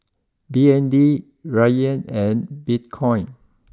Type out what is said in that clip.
B N D Riyal and Bitcoin